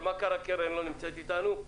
אבל מה קרה שקרן לא נמצאת איתנו?